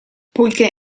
poiché